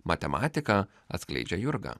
matematiką atskleidžia jurga